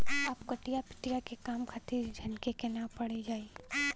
अब कटिया पिटिया के काम खातिर झनके के नाइ पड़ला